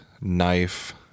knife